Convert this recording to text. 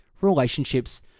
relationships